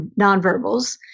nonverbals